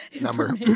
number